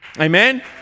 amen